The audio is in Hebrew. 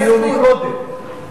ועל זה היה הדיון הקודם.